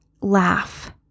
laugh